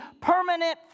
permanent